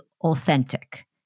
authentic